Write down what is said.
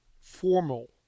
formal